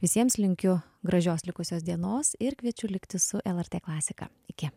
visiems linkiu gražios likusios dienos ir kviečiu likti su lrt klasika iki